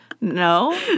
No